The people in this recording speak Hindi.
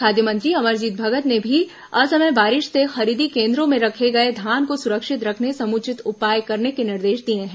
खाद्य मंत्री अमरजीत भगत ने भी असमय बारिश से खरीदी केन्द्रों में रखे गए धान को सुरक्षित रखने समुचित उपाय करने के निर्देश दिए हैं